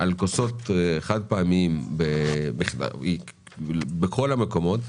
על כוסות חד-פעמיים בכל המקומות,